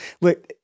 Look